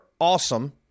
awesome